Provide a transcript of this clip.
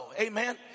amen